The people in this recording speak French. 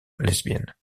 lesbienne